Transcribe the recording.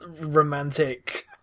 romantic